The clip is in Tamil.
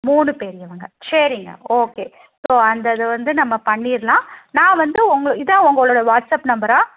மூணு பெரியவங்க சரிங்க ஓகே ஸோ அந்த இது வந்து நம்ம பண்ணிரலாம் நான் வந்து உங்களுக்கு இதான் உங்களோட வாட்ஸப் நம்பரா